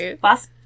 boss